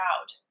out